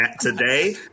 today